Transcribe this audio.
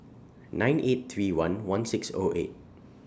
nine eight three one one six O eight